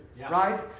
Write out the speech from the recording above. Right